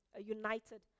united